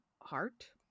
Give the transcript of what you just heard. heart